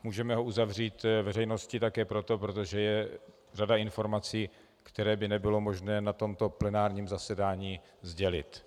Můžeme ho uzavřít veřejnosti také proto, že je řada informací, které by nebylo možné na tomto plenárním zasedání sdělit.